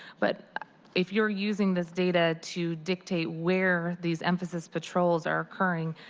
but if you're using this data to dictate where these emphasis patrols are occurring,